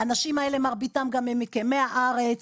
האנשים האלה, מרביתם גם ממקימי הארץ.